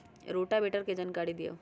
Rotavator के जानकारी दिआउ?